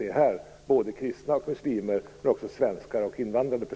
Det gäller både kristna och muslimer, både svenskar och invandrare.